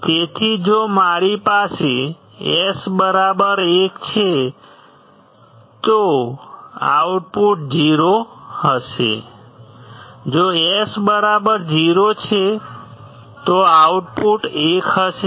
તેથી જો મારી પાસે S 1 છે તો આઉટપુટ 0 હશે જો S 0 છે તો આઉટપુટ 1 હશે